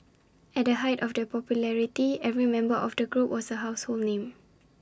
at the height of their popularity every member of the group was A household name